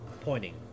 pointing